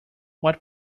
what